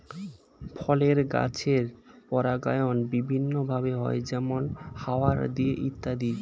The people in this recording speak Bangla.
ফলের গাছের পরাগায়ন বিভিন্ন ভাবে হয়, যেমন হাওয়া দিয়ে ইত্যাদি